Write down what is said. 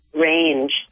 range